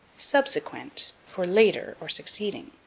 subsequent for later, or succeeding.